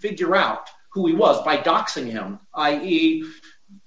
figure out who he was by docs in him i e